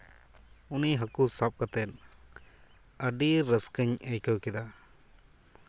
ᱩᱱᱤ ᱦᱟᱹᱠᱩ ᱥᱟᱵ ᱠᱟᱛᱮᱫ ᱟᱹᱰᱤ ᱨᱟᱹᱥᱠᱟᱹᱧ ᱟᱹᱭᱠᱟᱹᱣ ᱠᱮᱫᱟ